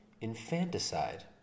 infanticide